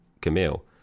camille